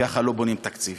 ככה לא בונים תקציב.